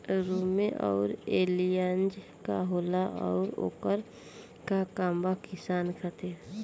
रोम्वे आउर एलियान्ज का होला आउरएकर का काम बा किसान खातिर?